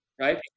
Right